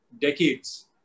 decades